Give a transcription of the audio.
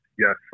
Yes